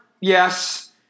yes